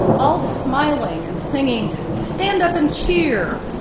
all smiling and singing stand up and cheer,